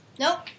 Nope